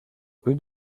rue